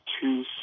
two